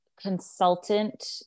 consultant